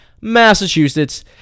Massachusetts